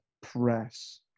press